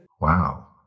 Wow